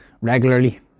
regularly